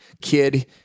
kid